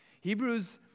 Hebrews